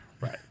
Right